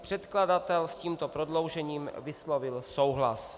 Předkladatel s tímto prodloužením vyslovil souhlas.